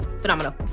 Phenomenal